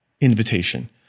invitation